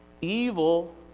Evil